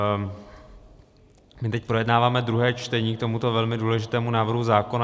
My teď projednáváme druhé čtení k tomuto velmi důležitému návrhu zákona.